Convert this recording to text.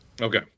Okay